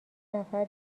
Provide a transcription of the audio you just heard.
نفر